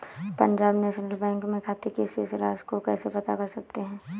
Punjab National Bank में खाते की शेष राशि को कैसे पता कर सकते हैं?